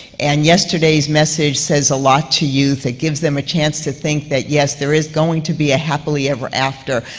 and yesterday's message says a lot to youth, it gives them a chance to think that, yes, there is going to be a happily ever after.